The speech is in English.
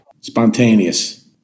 Spontaneous